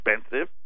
expensive